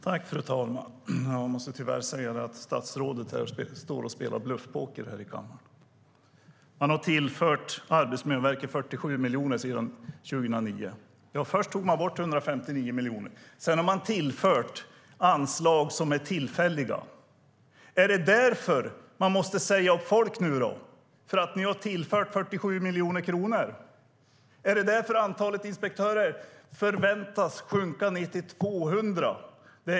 Fru talman! Jag måste tyvärr säga att statsrådet spelar bluffpoker i kammaren. Man har tillfört Arbetsmiljöverket 47 miljoner sedan 2009. Först tog man bort 159 miljoner. Sedan har man tillfört tillfälliga anslag. Är det för att 47 miljoner kronor har tillförts som folk sägs upp? Är det därför antalet inspektörer förväntas minska i antal till 200?